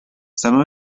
some